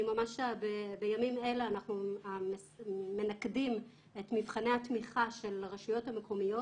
בימים אלה אנחנו ממקדים את מבחני התמיכה של הרשויות המקומיות.